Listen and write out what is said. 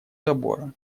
забора